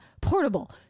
portable